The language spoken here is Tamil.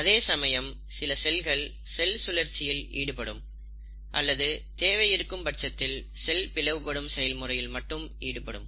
அதேசமயம் சில செல்கள் செல் சுழற்சியில் ஈடுபடும் அல்லது தேவை இருக்கும் பட்சத்தில் செல் பிளவுபடும் செயல் முறையில் மட்டும் ஈடுபடும்